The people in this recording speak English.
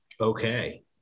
Okay